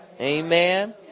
Amen